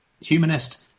humanist